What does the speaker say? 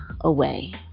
away